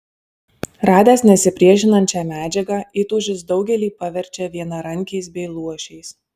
radęs nesipriešinančią medžiagą įtūžis daugelį paverčia vienarankiais bei luošiais